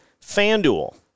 FanDuel